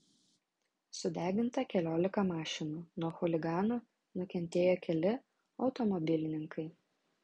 sudeginta keliolika mašinų nuo chuliganų nukentėjo keli automobilininkai